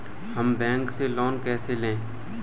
हम बैंक से लोन कैसे लें?